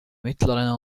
mittleren